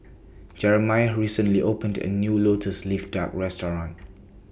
Jeremiah recently opened A New Lotus Leaf Duck Restaurant